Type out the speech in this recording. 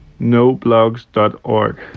noblogs.org